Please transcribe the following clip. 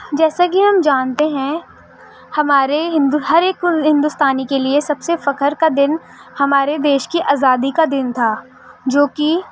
جیسا کہ ہم جانتے ہیں ہمارے ہندو ہر ایک ہندوستانی کے لیے سب سے فخر کا دن ہمارے دیش کی آزادی کا دن تھا جو کہ